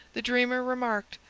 the dreamer remarked,